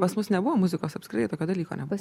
pas mus nebuvo muzikos apskritai tokio dalyko nebuvo